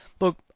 look